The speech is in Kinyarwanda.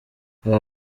aba